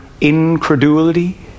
incredulity